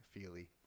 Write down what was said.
feely